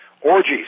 orgies